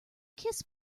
kiss